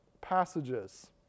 passages